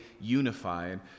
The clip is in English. unified